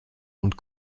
und